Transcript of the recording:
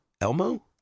Elmo